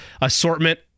assortment